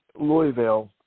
Louisville